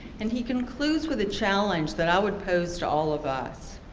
and he concludes with a challenge that i would pose to all of us.